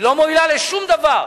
היא לא מובילה לשום דבר.